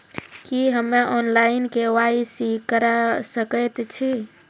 की हम्मे online, KYC करा सकैत छी?